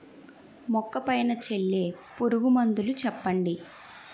మొక్క పైన చల్లే పురుగు మందులు చెప్పండి?